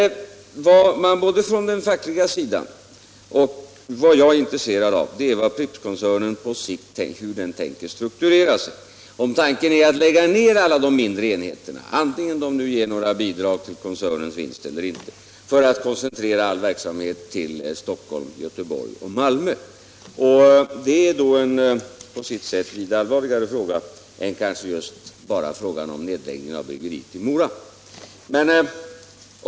Vad både den fackliga sidan och jag är intresserade av är hur Prippskoncernen på längre sikt tänker strukturera sig — om tanken är att lägga ned alla de mindre enheterna, vare sig de ger några bidrag till koncernens vinst eller inte, för att koncentrera all verksamhet till Stockholm, Göteborg och Malmö. Det är kanske på sitt sätt en vida allvarligare fråga än just frågan om nedläggning av bryggeriet i Mora.